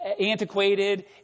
antiquated